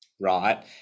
right